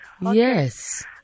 Yes